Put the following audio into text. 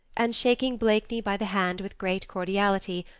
and shaking blakeney by the hand with great cordiality,